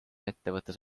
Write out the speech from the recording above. ettevõttes